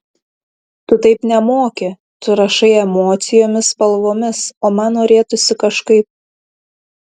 tu taip nemoki tu rašai emocijomis spalvomis o man norėtųsi kažkaip